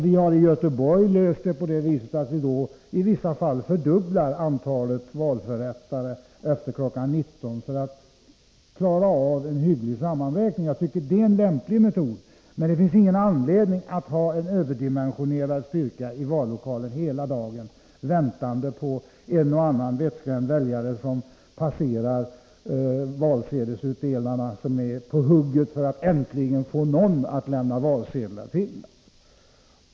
Vi har i Göteborg löst detta genom att i vissa fall fördubbla antalet valförrättare efter kl. 19.00 för att klara av sammanräkningen. Det är en lämplig metod. Det finns ingen anledning att ha en överdimensionerad styrka i vallokalerna hela dagen, väntande på en eller annan vettskrämd väljare som passerar valsedelsutdelarna, där de står på hugget för att äntligen få någon att lämna valsedlar till.